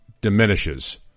diminishes